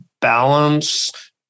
balance